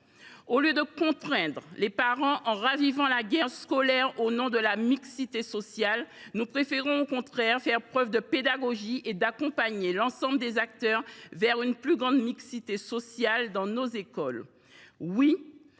Au lieu de contraindre les parents en ravivant la guerre scolaire au nom de la mixité sociale, nous préférons faire preuve de pédagogie et accompagner l’ensemble des acteurs vers une plus grande mixité sociale dans nos écoles.